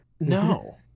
No